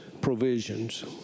provisions